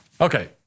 Okay